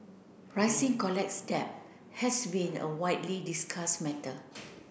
rising college debt has been a widely discussed matter